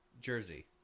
jersey